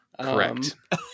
Correct